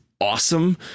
awesome